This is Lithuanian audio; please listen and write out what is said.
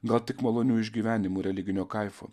gal tik malonių išgyvenimų religinio kaifo